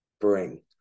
bring